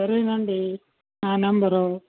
సరేనండీ నా నంబరు